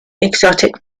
exotic